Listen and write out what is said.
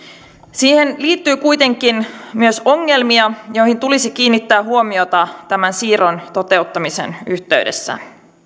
siihen liittyy kuitenkin myös ongelmia joihin tulisi kiinnittää huomiota tämän siirron toteuttamisen yhteydessä